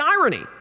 irony